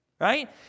right